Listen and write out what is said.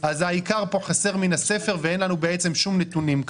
אז העיקר כאן חסר מן הספר ואין לנו כל נתונים.